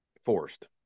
forced